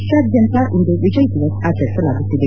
ರಾಷ್ಟಾದ್ಯಂತ ಇಂದು ಎಜಯ್ ದಿವಸ್ ಆಚರಿಸಲಾಗುತ್ತಿದೆ